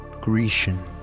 Grecian